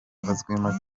azwimo